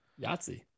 Yahtzee